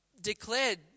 Declared